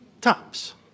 tops